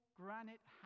granite